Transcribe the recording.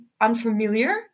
unfamiliar